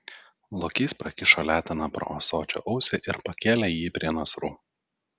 lokys prakišo leteną pro ąsočio ausį ir pakėlė jį prie nasrų